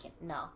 no